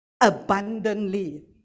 abundantly